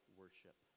worship